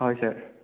হয় ছাৰ